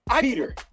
Peter